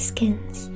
skin's